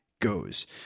goes